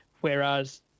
Whereas